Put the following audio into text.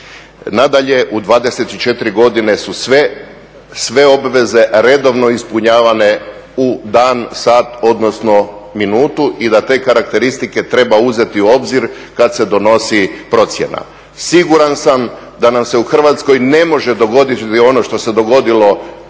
Nadalje u 24 godine su sve obveze redovno ispunjavane u dan, sat, odnosno minutu i da te karakteristike treba uzeti u obzir kada se donosi procjena. Siguran sam da nam se u Hrvatskoj ne može dogoditi ono što se dogodilo na